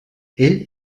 ell